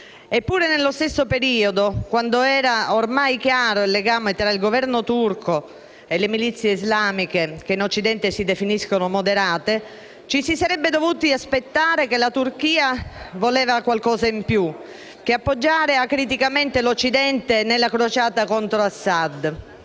Eppure nello stesso periodo, quando era ormai chiaro il legame tra il Governo turco e le milizie islamiche che in Occidente si definiscono moderate, ci si sarebbe dovuti aspettare che la Turchia voleva qualcosa di più che appoggiare acriticamente l'Occidente nella crociata contro Assad.